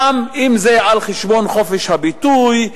גם אם זה על חשבון חופש הביטוי,